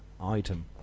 item